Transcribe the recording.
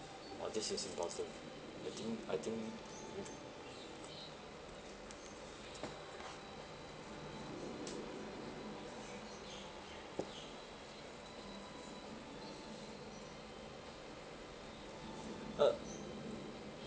all this is important I think I think ah